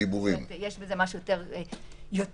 יש בזה משהו יותר קשה.